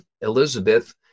Elizabeth